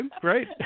great